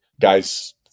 guys